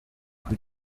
kuri